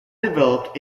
developed